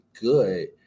good